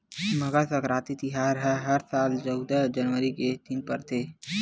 मकर सकराति तिहार ह हर साल चउदा जनवरी के दिन परथे